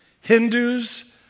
Hindus